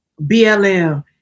BLM